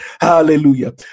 Hallelujah